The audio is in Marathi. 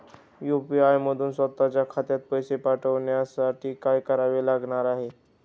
यू.पी.आय मधून स्वत च्या खात्यात पैसे पाठवण्यासाठी काय करावे लागणार आहे?